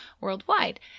worldwide